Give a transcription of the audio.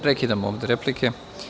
Prekidamo ovde replike.